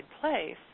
place